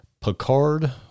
Picard